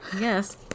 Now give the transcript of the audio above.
Yes